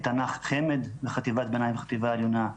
תנ"ך חמ"ד לחטיבת ביניים וחטיבה עליונה,